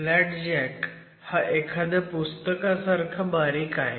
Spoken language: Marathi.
फ्लॅट जॅक हा एखाद्या पुस्तकासारखा बारीक आहे